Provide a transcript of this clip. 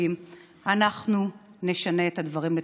משותפים אנחנו נשנה את הדברים לטובה.